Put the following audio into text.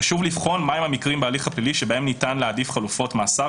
חשוב לבחון מה הם המקרים בהליך הפלילי שבהם ניתן להעדיף חלופות מאסר